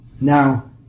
now